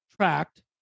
tracked